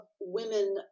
women